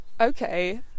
Okay